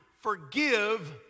forgive